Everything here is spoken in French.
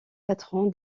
patron